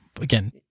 again